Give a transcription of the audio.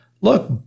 look